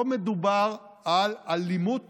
מדובר פה על אלימות